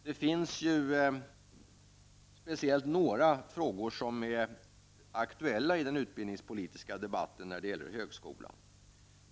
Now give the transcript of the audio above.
Det är speciellt några frågor som är aktuella i den utbildningspolitiska debatten när det gäller högskolan.